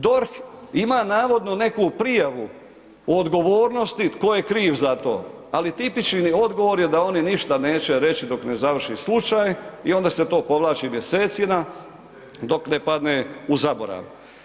DORH ima navodnu neku prijavu o odgovornosti tko je kriv za to ali tipični odgovor je da oni ništa neće reći dok ne završi slučaj i onda se to povlači mjesecima dok ne padne u zaborav.